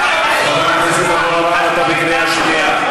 אתה בקריאה שנייה.